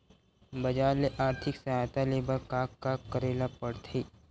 बजार ले आर्थिक सहायता ले बर का का करे ल पड़थे?